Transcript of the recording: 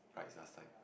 prides last time